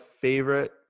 favorite